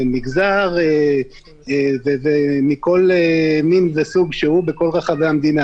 מגזר מכל מין וסוג בכל רחבי המדינה